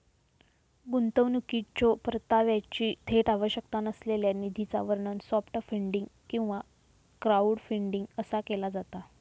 गुंतवणुकीच्यो परताव्याची थेट आवश्यकता नसलेल्या निधीचा वर्णन सॉफ्ट फंडिंग किंवा क्राऊडफंडिंग असा केला जाता